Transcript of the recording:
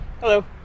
Hello